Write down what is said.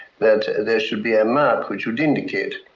that there should be a mark which would indicate